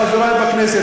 חברי הכנסת,